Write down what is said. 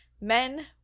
Men